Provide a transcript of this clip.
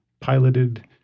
piloted